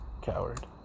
Coward